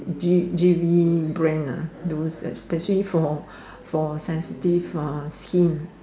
J V brand those especially for for sensitive skin